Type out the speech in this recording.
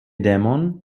demon